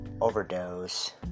overdose